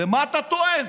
ומה אתה טוען?